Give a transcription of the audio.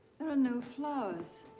there are no flowers.